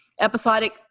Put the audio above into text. Episodic